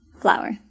flower